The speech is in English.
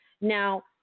Now